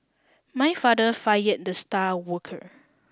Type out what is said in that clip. my father fired the star worker